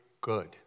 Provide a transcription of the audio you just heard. Good